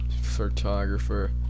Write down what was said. Photographer